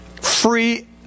free